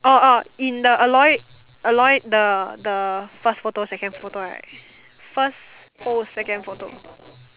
orh orh in the Aloy Aloy the the first photo second photo right first post second photo